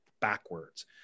backwards